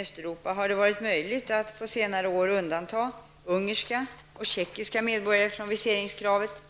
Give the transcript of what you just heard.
Östeuropa har det varit möjligt att på senare år undanta ungerska och tjeckiska medborgare från viseringskravet.